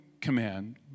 command